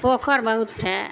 پوکھر بہت ہے